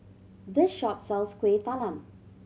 this shop sells Kuih Talam